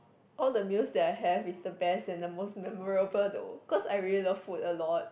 all the meals that I had is the best and the most memorable there were cause I really love food a lot